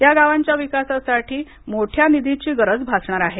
या गावांच्या विकासासाठी मोठ्या निधीची गरज भासणार आहे